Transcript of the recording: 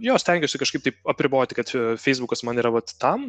jo stengiuosi kažkaip taip apriboti kad feisbukas man yra vat tam